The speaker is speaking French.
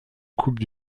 coupe